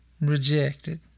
rejected